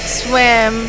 swim